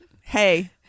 hey